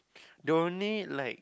don't need like